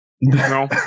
No